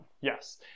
Yes